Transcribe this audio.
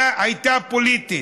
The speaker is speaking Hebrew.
היה פוליטי.